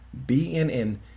bnn